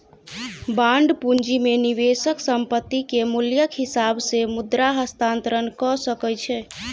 bond पूंजी में निवेशक संपत्ति के मूल्यक हिसाब से मुद्रा हस्तांतरण कअ सकै छै